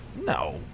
No